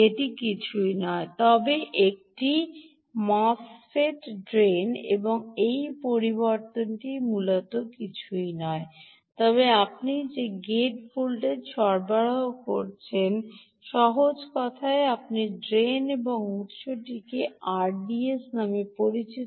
এটি কিছুই নয় তবে একটি এমওএসএফইটির ড্রেন এবং এই পরিবর্তনটি মূলত কিছুই নয় তবে আপনি যে গেট ভোল্টেজ সরবরাহ করছেন তা সহজ কথায় ড্রেন এবং উত্স আরডিএস নামে পরিচিত